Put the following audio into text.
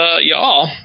y'all